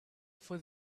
for